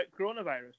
coronavirus